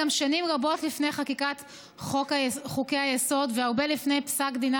גם שנים רבות לפני חקיקת חוקי-היסוד והרבה לפני פסק דינה